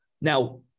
Now